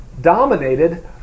dominated